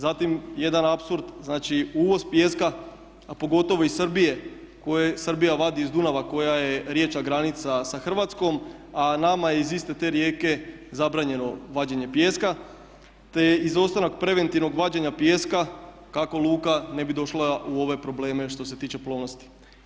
Zatim jedan apsurd, znači uvoz pijeska a pogotovo iz Srbije koje Srbija vadi iz Dunava koja je riječna granica sa Hrvatskom a nama je iz iste te rijeke zabranjeno vađenje pijeska, te izostanak preventivnog vađenja pijeska kako luka ne bi došla u ove probleme što se tiče plovnosti.